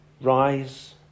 rise